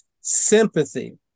sympathy